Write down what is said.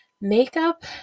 Makeup